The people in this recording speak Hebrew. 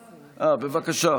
בבקשה.